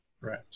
Right